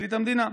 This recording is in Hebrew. פרקליט המדינה.